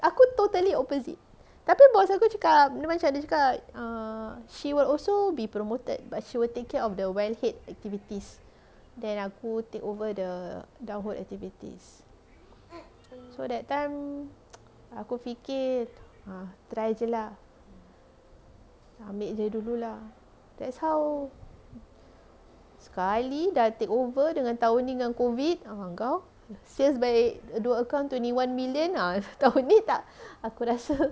aku totally opposite tapi boss aku cakap macam dia cakap err she will also be promoted but she will take care of the well head activities then aku take over the down hole activities so that time aku fikir err try jer lah ambil jer dulu lah that's how sekali dah take over dengan tahun ni dengan COVID ah kau sales baik dua account twenty one million ah tahun ni tak aku rasa